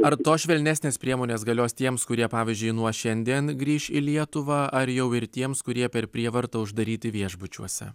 ar tos švelnesnės priemonės galios tiems kurie pavyzdžiui nuo šiandien grįš į lietuvą ar jau ir tiems kurie per prievartą uždaryti viešbučiuose